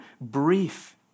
brief